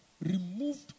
removed